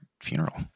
funeral